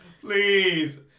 Please